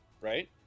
right